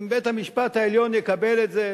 אם בית-המשפט העליון יקבל את זה,